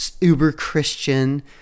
uber-Christian